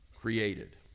created